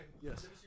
Yes